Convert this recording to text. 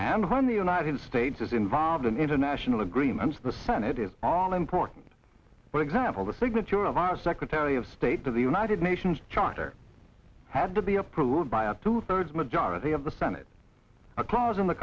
and run the united states is involved in international agreements the senate is all important but example the signature of our secretary of state to the united nations charter had to be approved by a two thirds majority of the senate a clause in the